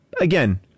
again